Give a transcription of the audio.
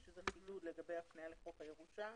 יש חידוד לגבי הפניה לחוק הירושה.